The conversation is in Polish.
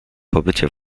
pobycie